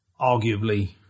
Arguably